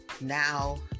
now